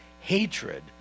hatred